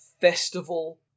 festival